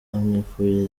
amwifuriza